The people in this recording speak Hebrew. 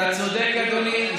אתה צודק, אדוני.